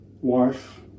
wife